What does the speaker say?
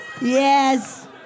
Yes